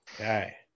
Okay